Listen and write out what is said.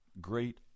great